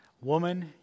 Woman